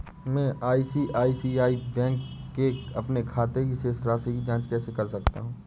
मैं ICICI bank के अपने खाते की शेष राशि की जाँच कैसे कर सकता हूँ?